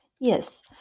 Yes